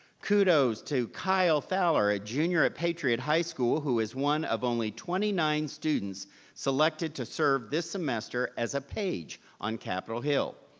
kudos to kyle thaller, a junior at patriot high school who is one of only twenty nine students selected to serve this semester as a page on capitol hill.